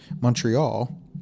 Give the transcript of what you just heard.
Montreal